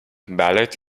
ballet